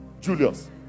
Julius